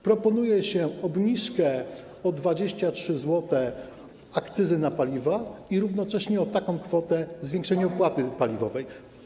Proponuje się obniżkę o 23 zł akcyzy na paliwo i równocześnie o taką kwotę zwiększenie opłaty paliwowej.